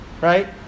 Right